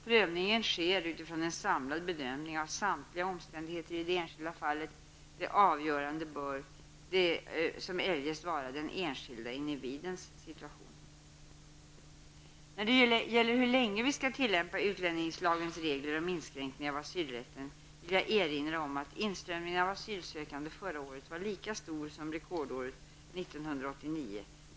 Prövningen sker utifrån en samlad bedömning av samtliga omständigheter i det enskilda fallet. Det avgörande bör som eljest vara den enskilde individens situation. När det gäller hur länge vi skall tillämpa utlänningslagens regler om inskränkning i asylrätten, vill jag erinra om att inströmningen av asylsökande förra året var lika stor som rekordåret 1989.